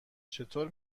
چطور